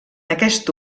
aquest